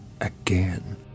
again